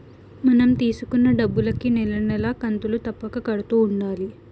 మనం తీసుకున్న డబ్బులుకి నెల నెలా కంతులు తప్పక కడుతూ ఉండాలి